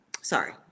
sorry